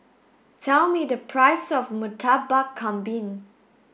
tell me the price of Murtabak Kambing